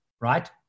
right